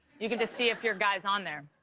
you can just see if your guy's on there.